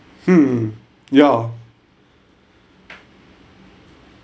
hmm ya